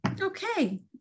okay